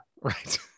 Right